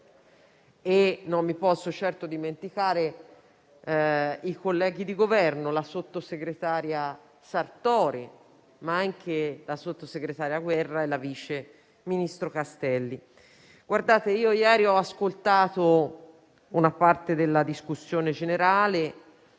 Non posso certo dimenticare i colleghi di Governo: la sottosegretaria Sartore, ma anche la sottosegretaria Guerra e la vice ministra Castelli. Colleghi, ieri ho ascoltato una parte della discussione generale,